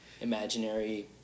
imaginary